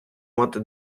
мати